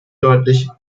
deutlich